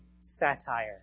satire